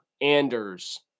Anders